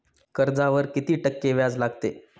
कर्जावर किती टक्के व्याज लागते?